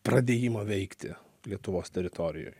pradėjimą veikti lietuvos teritorijoj